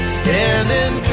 standing